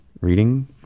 reading